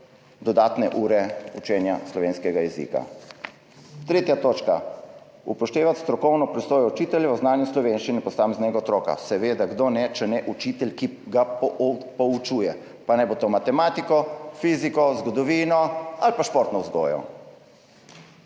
dodatne ure učenja slovenskega jezika. Tretja točka: upoštevati strokovno presojo učiteljev o znanju slovenščine posameznega otroka. Seveda, kdo, če ne učitelj, ki ga poučuje, pa naj bo to matematiko, fiziko, zgodovino ali pa športno vzgojo.